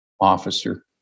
officer